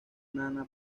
nana